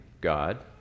God